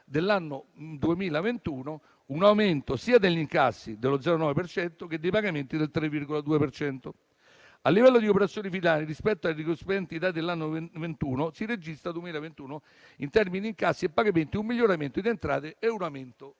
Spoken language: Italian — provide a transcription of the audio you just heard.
dell'anno 2021, un aumento sia degli incassi (dello 0,9 per cento) che dei pagamenti (del 3,2 per cento). A livello di operazioni finali, rispetto ai corrispondenti dati all'anno 2021, si registra, in termini di incassi e pagamenti, un miglioramento delle entrate e un aumento